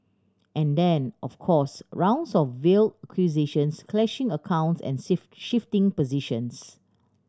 and then of course rounds of veiled accusations clashing accounts and shifting positions